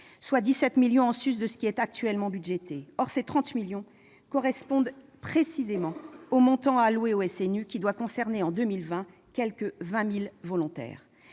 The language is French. de crédits en sus de ce qui est actuellement budgété. Or ces 30 millions d'euros correspondent précisément au montant alloué au SNU, qui doit concerner quelque 20 000 volontaires